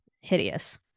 hideous